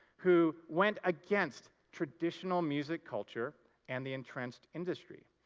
who went against traditional music culture and the entrenched industry.